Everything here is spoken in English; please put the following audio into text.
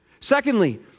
Secondly